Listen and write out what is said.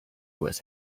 was